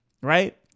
right